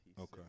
okay